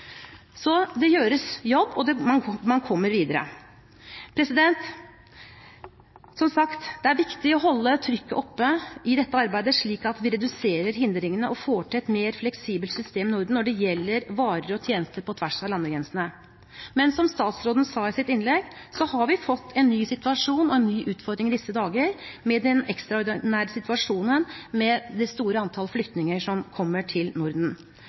Det gjøres en jobb, og man kommer videre. Som sagt er det viktig å holde trykket oppe i dette arbeidet slik at vi reduserer hindringene og får til et mer fleksibelt system i Norden når det gjelder varer og tjenester på tvers av landegrensene. Men som statsråden sa i sitt innlegg, har vi fått en ny utfordring i disse dager med den ekstraordinære situasjonen med det store antall flyktninger som kommer til Norden,